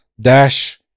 Dash